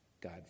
God